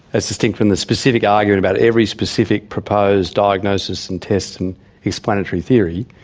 as distinct from the specific argument about every specific proposed diagnosis and test and explanatory theory,